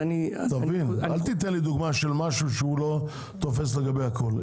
אל תיתן לי דוגמה של משהו שהוא לא תופס לגבי הכל.